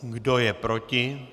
Kdo je proti?